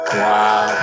wow